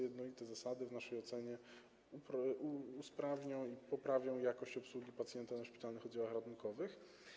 Jednolite zasady w naszej ocenie usprawnią i poprawią jakość obsługi pacjenta na szpitalnych oddziałach ratunkowych.